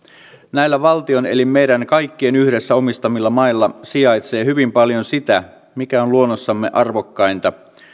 näillä valtion eli meidän kaikkien yhdessä omistamilla mailla sijaitsee hyvin paljon sitä mikä on luonnossamme arvokkainta